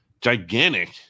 gigantic